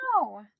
no